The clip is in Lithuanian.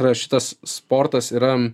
yra šitas sportas yra